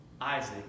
Isaac